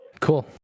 Cool